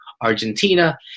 Argentina